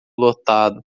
lotado